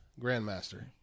grandmaster